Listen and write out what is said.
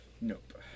Nope